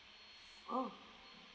oh